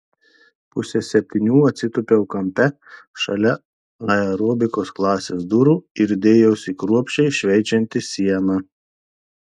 pusę septynių atsitūpiau kampe šalia aerobikos klasės durų ir dėjausi kruopščiai šveičianti sieną